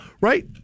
right